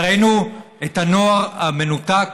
וראינו את הנוער המנותק.